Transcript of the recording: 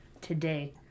today